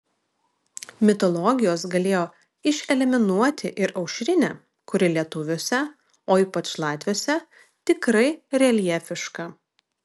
mitologijos galėjo išeliminuoti ir aušrinę kuri lietuviuose o ypač latviuose tikrai reljefiška